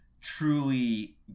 truly